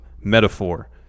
metaphor